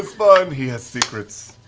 was fun. he has secrets.